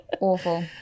awful